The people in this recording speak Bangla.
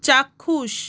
চাক্ষুষ